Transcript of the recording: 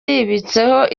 yibitseho